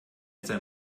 sein